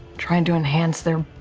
trying to enhance their.